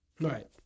Right